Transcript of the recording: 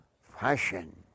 fashion